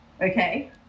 Okay